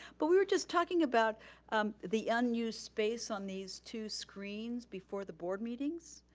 but we were just talking about the unused space on these two screens before the board meetings.